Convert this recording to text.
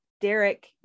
Derek